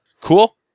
Cool